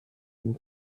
dem